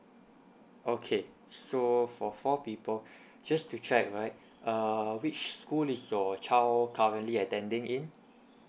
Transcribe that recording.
okay so for four people just to check right err which school is your child currently attending in